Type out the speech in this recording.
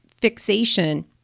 fixation